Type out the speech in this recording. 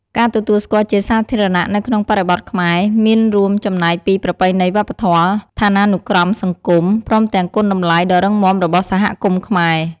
ការទទួលស្គាល់ជាសាធារណៈនៅក្នុងបរិបទខ្មែរ មានរួមចំណែកពីប្រពៃណីវប្បធម៌ ឋានានុក្រមសង្គម ព្រមទាំងគុណតម្លៃដ៏រឹងមាំរបស់សហគមន៍ខ្មែរ។